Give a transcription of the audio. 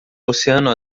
oceano